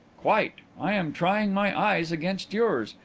quite. i am trying my eyes against yours.